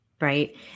Right